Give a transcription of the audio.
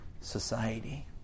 society